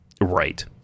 right